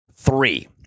three